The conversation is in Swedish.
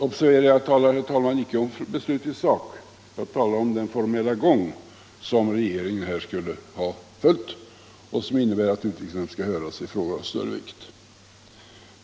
Observera att jag inte talar om beslutet i sak utan om den formella gång som regeringen här skulle ha följt och som innebär att utrikesnämnden skall höras i frågor av större vikt.